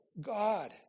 God